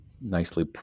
nicely